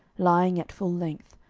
lying at full length,